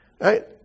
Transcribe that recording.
right